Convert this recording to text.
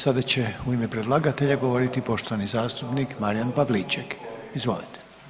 Sada će u ime predlagatelja govoriti poštovani zastupnik Marijan Pavliček, izvolite.